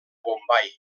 bombai